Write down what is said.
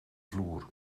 vloer